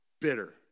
bitter